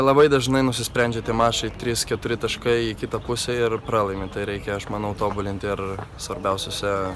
labai dažnai nusisprendžia tie mačai trys keturi taškai į kitą pusę ir pralaimi tai reikia aš manau tobulinti ar svarbiausiuose